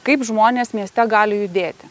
kaip žmonės mieste gali judėti